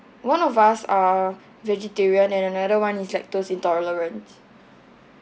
one of us are vegetarian and another one is lactose intolerant